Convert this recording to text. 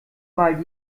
mal